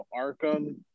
Arkham